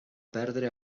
perdre